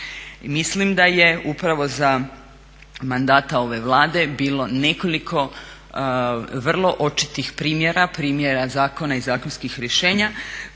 Mislim da je upravo za mandata ove Vlade bilo nekoliko vrlo očitih primjera, primjera Zakona i zakonskih rješenja